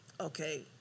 okay